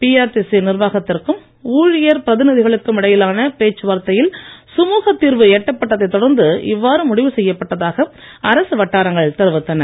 PRTC நிர்வாகத்திற்கும் ஊழியர் பிரதிநிதிகளுக்கும் இடையிலான பேச்சுவார்த்தையில் சுமுகத் தீர்வு எட்டப்பட்டதைத் தொடர்ந்து இவ்வாறு முடிவு செய்யப்பட்டதாக அரசு வட்டாரங்கள் தெரிவித்தன